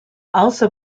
also